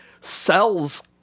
cells